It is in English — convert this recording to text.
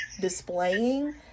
displaying